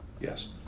Yes